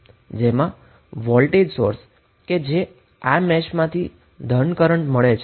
હવે voltage source એ આ મેશમાં પોઝિટિવ કરન્ટ આપે છે